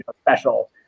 special